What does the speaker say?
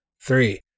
Three